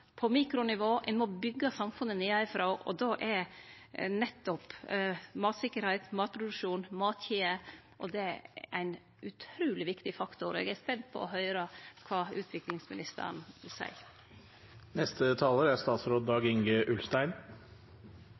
på mikronivå. Ein må byggje samfunnet nedanifrå, og då er nettopp mattryggleik, matproduksjon og matkjeder utruleg viktige faktorar. Eg er spent på å høyre kva utviklingsministeren